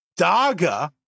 Daga